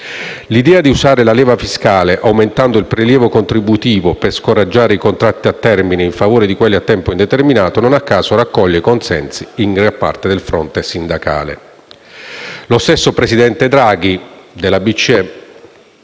L'idea di usare la leva fiscale, aumentando il prelievo contributivo per scoraggiare i contratti a termine in favore di quelli a tempo indeterminato, non a caso raccoglie consensi in gran parte del fronte sindacale. Lo stesso presidente della BCE